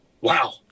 Wow